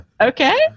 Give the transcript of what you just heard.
Okay